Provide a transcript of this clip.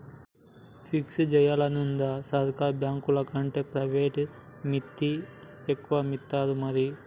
fix జేయాలనుందా, సర్కారు బాంకులకంటే ప్రైవేట్లనే మిత్తి ఎక్కువిత్తరు మరి